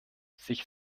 sich